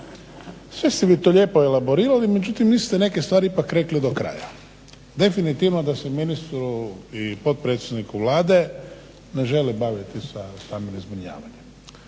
sve ste vi to lijepo elaborirali, međutim niste neke stvari ipak rekli do kraja. Definitivno da se ministru i potpredsjedniku Vlade ne žele baviti sa stambenim zbrinjavanjem.